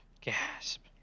gasp